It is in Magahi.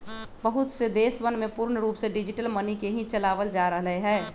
बहुत से देशवन में पूर्ण रूप से डिजिटल मनी के ही चलावल जा रहले है